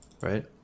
right